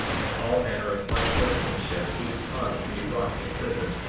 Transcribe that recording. and all manner of fine workmanship he did cause to be wrought in prison.